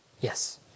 Yes